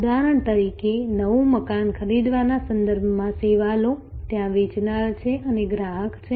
ઉદાહરણ તરીકે નવું મકાન ખરીદવાના સંદર્ભમાં સેવાઓ લો ત્યાં વેચનાર છે અને ગ્રાહક છે